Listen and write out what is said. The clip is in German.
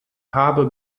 farbe